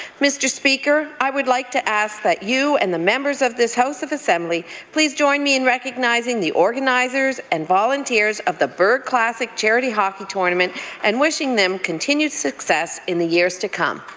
mr. speaker, i would like to ask that you and members of this house of assembly please join me in recognizing the organizers and volunteers of the burg classic charity hockey tournament and wishing them continued success in the years to come.